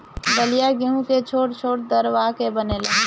दलिया गेंहू के छोट छोट दरवा के बनेला